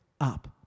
up